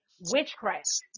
witchcraft